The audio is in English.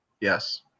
Yes